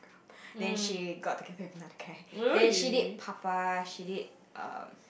then she got together with another guy then she did papa she did um